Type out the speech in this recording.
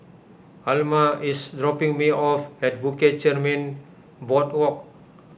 Alma is dropping me off at Bukit Chermin Boardwalk